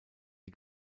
die